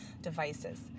devices